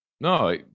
no